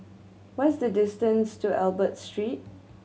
what is the distance to Albert Street